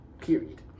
Period